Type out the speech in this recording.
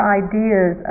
ideas